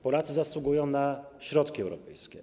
Polacy zasługują na środki europejskie.